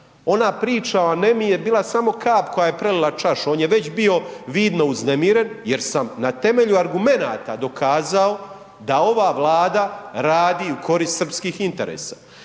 Ona priča o anemiji je bila samo kap koja je prelila čašu, on je već bio vidno uznemiren jer sam na temelju argumenata dokazao da ova Vlada radi u korist srpskih interesa,